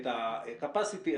את הקפסיטי,